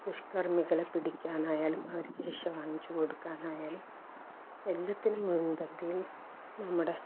ദുഷ്കർമ്മികളെ പിടിക്കാനായാലും അവർക്ക് ശിക്ഷ വാങ്ങിച്ചു കൊടക്കാനായാലും എല്ലാത്തിനും മുൻപന്തിയിൽ നമ്മുടെ